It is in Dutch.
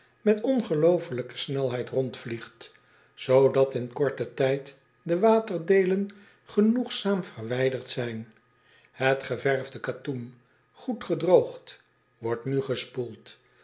met ongeloofelijke snelheid rondvliegt zoodat in korten tijd de waterdeelen genoegzaam verwijderd zijn et geverwde katoen goed gedroogd wordt nu g